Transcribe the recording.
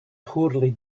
poorly